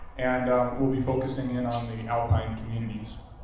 and we'll be focusing in on the alpine communities.